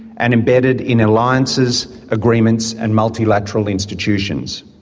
and embedded in alliances, agreements and multilateral institutions.